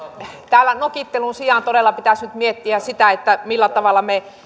täällä nokittelun sijaan todella pitäisi nyt miettiä sitä millä tavalla me